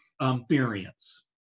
experience